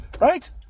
Right